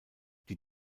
die